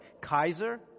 Kaiser